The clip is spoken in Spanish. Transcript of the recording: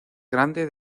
grande